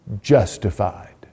justified